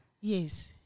Yes